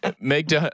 Meg